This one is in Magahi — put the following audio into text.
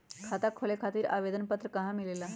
खाता खोले खातीर आवेदन पत्र कहा मिलेला?